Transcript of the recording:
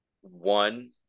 one